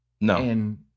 No